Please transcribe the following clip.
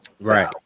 Right